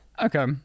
okay